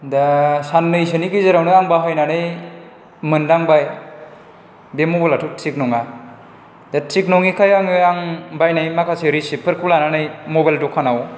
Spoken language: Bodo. दा साननैसोनि गेजेरावनो आं बाहायनानै मोन्दांबाय बे मबाइलाथ' थिग नङा दा थिग नङैखाय आङो आं बायनाय माखासे रिसिपफोरखौ लानानै मबाइल द'खानाव